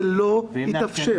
זה לא יתאפשר.